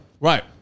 right